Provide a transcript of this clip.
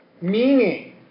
meaning